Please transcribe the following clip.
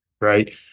right